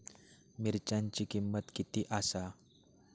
मिरच्यांची किंमत किती आसा?